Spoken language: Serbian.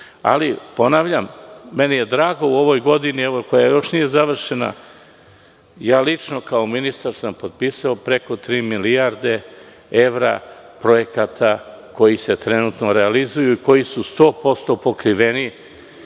popraviti. Ponavljam, meni je drago, u ovoj godini koja još nije završena, lično sam kao ministar potpisao preko tri milijarde evra projekata koji se trenutno realizuju i koji su 100% pokriveni